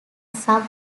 sub